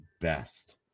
best